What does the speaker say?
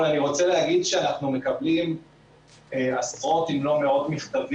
אנחנו מסתכלים גם מה מדינות אחרות עושות בעולם.